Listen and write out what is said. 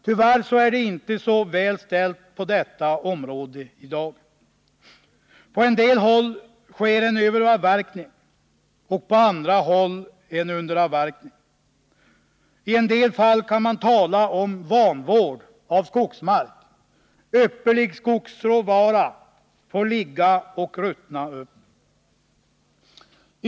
Tyvärr är det inte så väl ställt på detta område i dag. På en del håll sker en överavverkning och på andra håll en underavverkning. I en del fall kan man tala om vanvård av skogsmark — ypperlig skogsråvara får ligga och ruttna.